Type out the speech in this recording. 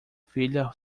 filha